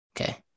Okay